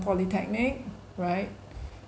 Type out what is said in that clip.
polytechnic right